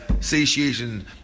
satiation